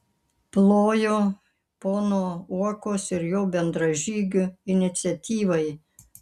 ploju pono uokos ir jo bendražygių iniciatyvai